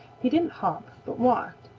he didn't hop but walked,